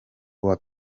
uwa